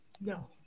No